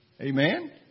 Amen